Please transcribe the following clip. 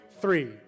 three